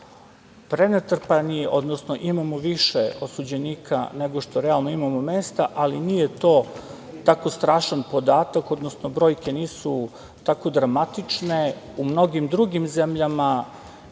prenatrpani, odnosno imamo više osuđenika nego što realno imamo mesta, ali nije to tako strašan podatak, odnosno brojke nisu tako dramatične. U mnogim drugim zemljama